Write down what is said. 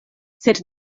sed